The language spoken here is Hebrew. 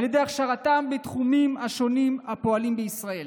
על ידי הכשרתם בתחומים השונים הפועלים בישראל.